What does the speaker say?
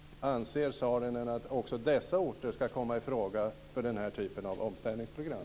Anser Saarinen att också dessa orter ska komma i fråga för den här typen av omställningsprogram?